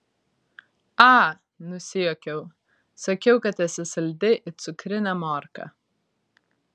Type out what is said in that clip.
a nusijuokiau sakiau kad esi saldi it cukrinė morka